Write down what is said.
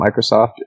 Microsoft